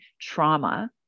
trauma